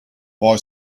boy